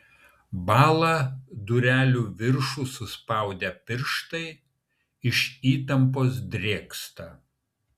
bąla durelių viršų suspaudę pirštai iš įtampos drėgsta